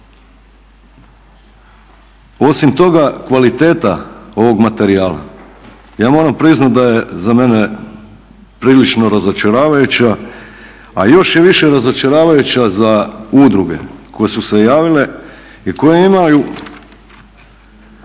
Osim toga kvalitete ovog materijala, ja moram priznat da je za mene prilično razočaravajuća, a još je više razočaravajuća za udruge koje su se javile i koje imaju